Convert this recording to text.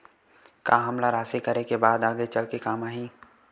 का हमला राशि करे के बाद आगे चल के काम आही?